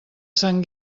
sant